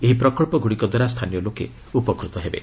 ଏହି ପ୍ରକଳ୍ପଗୁଡ଼ିକ ଦ୍ୱାରା ସ୍ଥାନୀୟ ଲୋକେ ଉପକୃତ ହେବେ